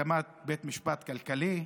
הקמת בית משפט כלכלי,